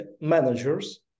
managers